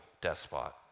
despot